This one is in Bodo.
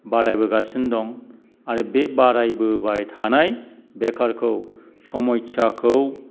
बारायबोगासिनो दं आरो बे बारायबोबाय थानाय बेखारखौ समयसाखौ